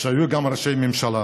שהיו גם ראשי ממשלה: